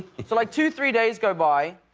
so like two, three days go by,